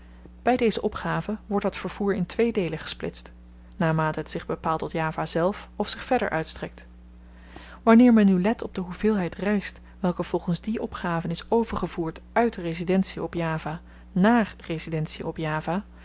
by deze opgave wordt dat vervoer in twee deelen gesplitst naarmate het zich bepaalt tot java zelf of zich verder uitstrekt wanneer men nu let op de hoeveelheid ryst welke volgens die opgaven is overgevoerd uit residentien op java naar residentien op java